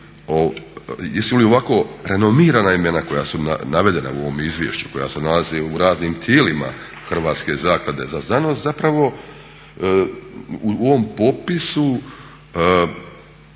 li ovako renomirana imena koja su navedena u ovom izvješću, koja se nalaze u raznim tijelima Hrvatske zaklade za znanost zapravo u ovom popisu